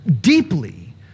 deeply